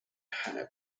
hana